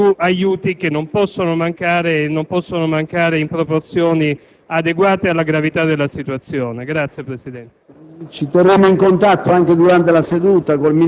più qualificata a dare informazioni su aiuti che non possono mancare in proporzioni adeguate alla gravità della situazione.